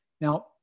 Now